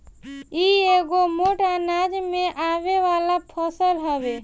इ एगो मोट अनाज में आवे वाला फसल हवे